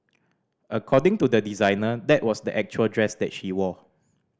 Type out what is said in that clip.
according to the designer that was the actual dress that she wore